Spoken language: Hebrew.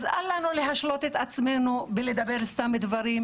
אז אל לנו להשלות את עצמנו ולדבר סתם מדברים,